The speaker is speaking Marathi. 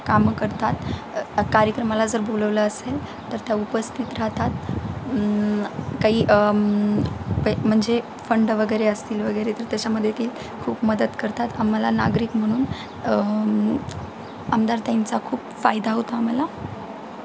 कामं करतात कार्यक्रमाला जर बोलवलं असेल तर त्या उपस्थित राहतात काही पै म्हणजे फंड वगैरे असतील वगैरे तर त्याच्यामध्ये देतील खूप मदत करतात आम्हाला नागरिक म्हणून आमदार ताईंचा खूप फायदा होता आम्हाला